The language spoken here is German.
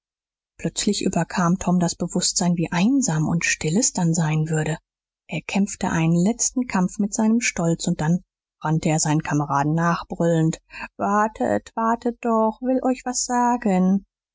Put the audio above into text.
plötzlich überkam tom das bewußtsein wie einsam und still es dann sein würde er kämpfte einen letzten kampf mit seinem stolz und dann rannte er seinen kameraden nach brüllend wartet wartet doch will euch was sagen